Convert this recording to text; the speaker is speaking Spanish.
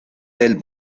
del